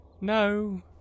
No